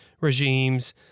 regimes